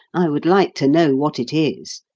i would like to know what it is.